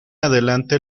adelante